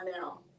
now